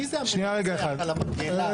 מי זה --- שנייה, רגע אחד.